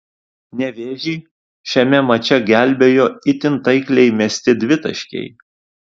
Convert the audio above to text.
nevėžį šiame mače gelbėjo itin taikliai mesti dvitaškiai